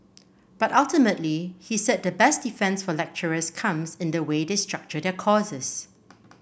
but ultimately he said the best defence for lecturers comes in the way they structure their courses